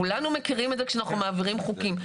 כולנו מכירים את זה כשאנחנו מעבירים חוקים.